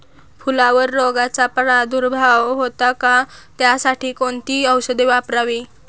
फुलावर रोगचा प्रादुर्भाव होतो का? त्यासाठी कोणती औषधे वापरावी?